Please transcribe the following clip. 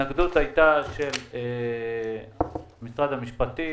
ההתנגדות הייתה של משרד המשפטים,